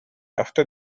after